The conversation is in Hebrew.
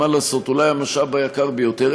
מה לעשות, אולי המשאב היקר ביותר.